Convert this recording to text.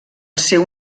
seu